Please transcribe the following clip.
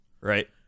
Right